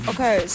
Okay